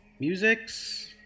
musics